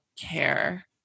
care